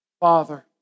father